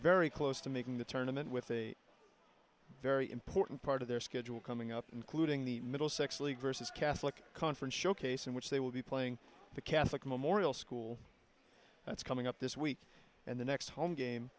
very close to making the tournaments with a very important part of their schedule coming up including the middlesex league vs catholic conference showcase in which they will be playing the catholic memorial school that's coming up this week and the next home game